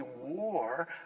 war